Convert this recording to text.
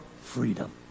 freedom